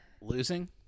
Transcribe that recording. Losing